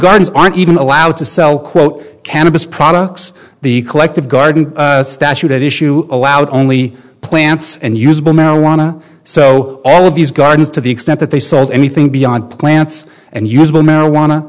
guns aren't even allowed to sell quote cannabis products the collective garden statute at issue allowed only plants and usable marijuana so all of these gardens to the extent that they sold anything beyond plants and usable marijuana